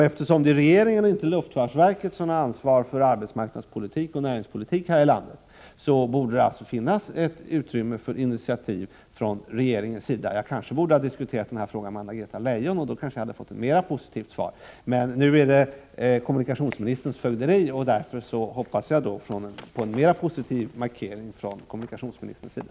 Eftersom det är regeringen och inte luftfartsverket som har ansvar för arbetsmarknadspolitik och näringspolitik här i landet, borde det alltså finnas utrymme för initiativ från regeringens sida. Jag borde kanske ha diskuterat frågan med Anna-Greta Leijon. Då hade jag kanske fått ett mera positivt svar. Nu hör det här till kommunikationsministerns fögderi, och jag hoppas på en mera positiv markering från kommunikationsministerns sida.